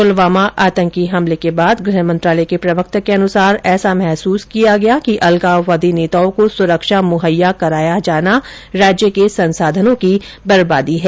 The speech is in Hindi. पुलवामा आतंकी हमले के मद्देनजर गृह मंत्रालय के प्रवक्ता के अनुसार ऐसा महसूस किया गया कि अलगाववादी नेताओं को सुरक्षा मुहैया कराया जाना राज्य के संसाधनो की बर्बादी है